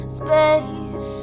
space